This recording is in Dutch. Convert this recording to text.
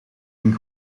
een